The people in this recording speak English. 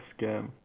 scam